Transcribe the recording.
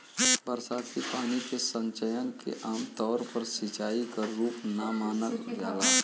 बरसाती पानी के संचयन के आमतौर पर सिंचाई क रूप ना मानल जाला